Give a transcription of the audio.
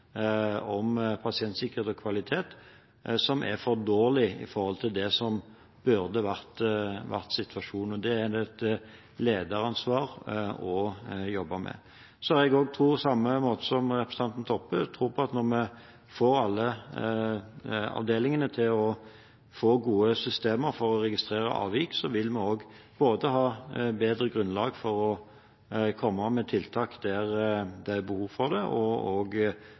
pasientsikkerhet og kvalitet, som er for dårlig i forhold til det som burde vært situasjonen. Det er det et lederansvar å jobbe med. Så har jeg, på samme måte som representanten Toppe, tro på at når alle avdelingene får gode systemer for å registrere avvik, vil vi ha et bedre grunnlag for å komme med tiltak der det er behov for det, og